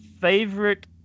Favorite